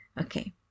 Okay